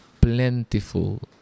plentiful